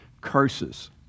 Curses